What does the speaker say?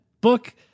book